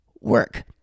work